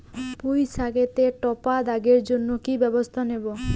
পুই শাকেতে টপা দাগের জন্য কি ব্যবস্থা নেব?